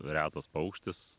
retas paukštis